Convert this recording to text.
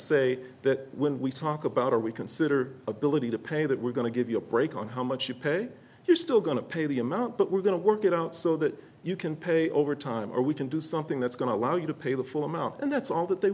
say that when we talk about our we consider ability to pay that we're going to give you a break on how much you pay you're still going to pay the amount but we're going to work it out so that you can pay over time or we can do something that's going to allow you to pay the full amount and that's all that they